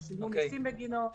שילמו מיסים בגינו,